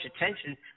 attention